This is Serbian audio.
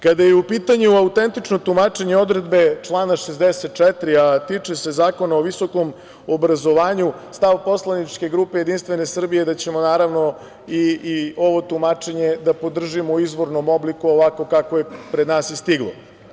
Kada je u pitanju autentično tumačenje odredbe člana 64, a tiče se Zakona o visokom obrazovanju, stav poslaničke grupe JS je da ćemo naravno i ovo tumačenje da podržimo u izvornom obliku ovakvo kako je pred nas i stiglo.